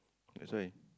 that's why